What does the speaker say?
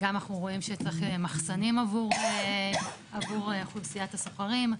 גם אנחנו רואים שצריך מחסנים עבור אוכלוסיית השוכרים,